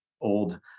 old